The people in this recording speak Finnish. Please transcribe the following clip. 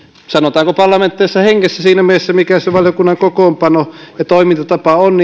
sanotaanko parlamentaarisessa hengessä tehtiin siinä mielessä mikä se valiokunnan kokoonpano ja toimintatapa on